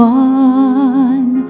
one